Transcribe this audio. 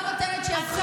את לא נותנת שיפריעו לך.